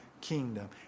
kingdom